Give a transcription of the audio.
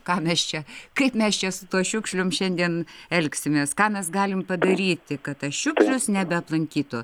ką mes čia kaip mes čia su tuo šiukšlium šiandien elgsimės ką mes galim padaryti kad tas šiukšlius nebeaplankytų